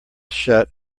shut